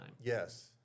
Yes